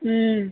ம்